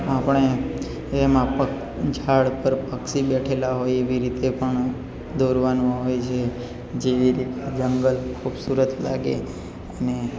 આપણે એમાં પગ ઝાડ પર પક્ષી બેઠેલા હોય એવી રીતે પણ દોરવાનો હોય છે જેવી રીતે જંગલ ખૂબસૂરત લાગે અને